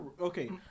Okay